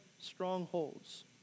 strongholds